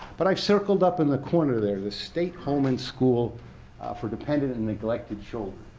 but i've circled up in the corner there, the state home and school for dependent and neglected children.